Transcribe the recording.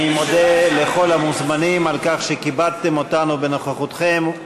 אני מודה לכל המוזמנים על כך שכיבדתם אותנו בנוכחותכם,